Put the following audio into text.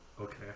okay